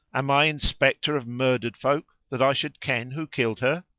am i inspector of murdered folk that i should ken who killed her?